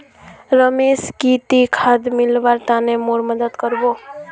रमेश की ती खाद मिलव्वार तने मोर मदद कर बो